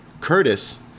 Curtis